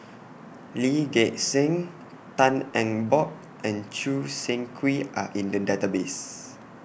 Lee Gek Seng Tan Eng Bock and Choo Seng Quee Are in The Database